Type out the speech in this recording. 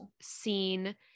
seen